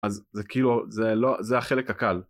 אז זה כאילו זה לא זה החלק הקל